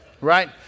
right